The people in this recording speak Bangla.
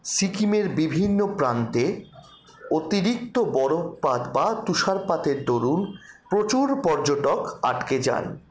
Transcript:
সিকিমের বিভিন্ন প্রান্তে অতিরিক্ত বরফপাত বা তুষারপাতের দরুণ প্রচুর পর্যটক আটকে যান